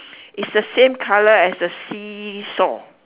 is the same colour as the see-saw